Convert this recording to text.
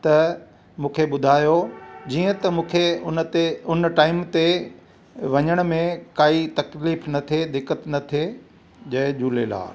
त मूंखे ॿुधायो जीअं त मूंखे उनते उन टाइम ते वञण में काई तकलीफ़ न थिए दिक़तु न थिए जय झूलेलाल